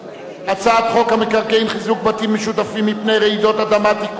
הצעת חוק המקרקעין (חיזוק בתים משותפים מפני רעידות אדמה) (תיקון,